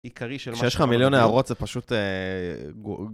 עיקרי של... כשיש לך מיליון הערות זה פשוט...